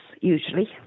usually